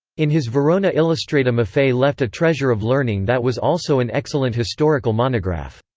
in his verona illustrata maffei left a treasure of learning that was also an excellent historical monograph.